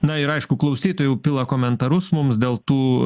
na ir aišku klausytojai jau pila komentarus mums dėl tų